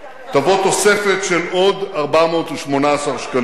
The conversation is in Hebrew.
תבוא תוספת של עוד 418 שקלים.